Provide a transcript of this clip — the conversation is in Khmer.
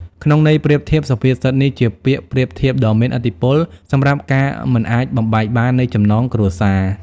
ក្នុងន័យប្រៀបធៀប សុភាសិតនេះជាពាក្យប្រៀបធៀបដ៏មានឥទ្ធិពលសម្រាប់ការមិនអាចបំបែកបាននៃចំណងគ្រួសារ។